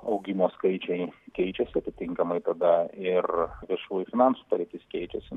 augimo skaičiai keičiasi atitinkamai tada ir viešųjų finansų poreikis keičiasi